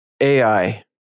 AI